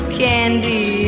candy